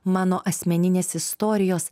mano asmeninės istorijos